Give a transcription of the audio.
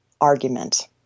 argument